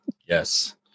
Yes